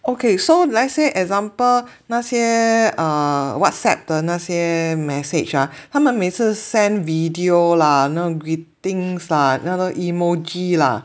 okay so let's say example 那些 err Whatsapp 的那些 message ah 他们每次 send video lah you know greetings lah you know emoji lah